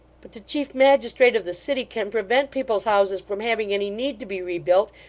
but the chief magistrate of the city can prevent people's houses from having any need to be rebuilt,